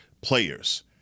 players